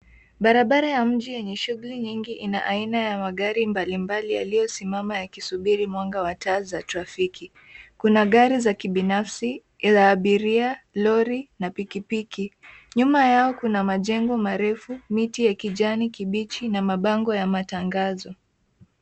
Barabara ya mji yenye shughuli nyingi ina ya magari mbalimbali yaliyosimama yakisubiri mwanga wa taa za trafiki. Kuna gari za kibinafsi, la abiria, lori na pikipiki. Nyuma yao kuna majengo marefu, miti ya kijani kibichi na mabango ya matangazo.